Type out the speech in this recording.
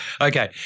Okay